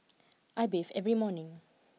I bathe every morning